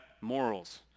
morals